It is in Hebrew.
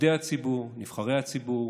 עובדי הציבור, נבחרי הציבור.